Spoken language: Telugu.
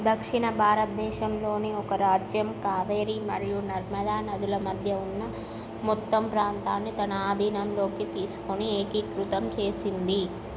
దక్షిణ భారతదేశంలోని ఒక రాజ్యం కావేరీ మరియు నర్మదా నదుల మధ్య ఉన్న మొత్తం ప్రాంతాన్ని తన ఆధీనంలోకి తీసుకొని ఏకీకృతం చేసింది